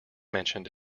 mentioned